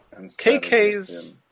KK's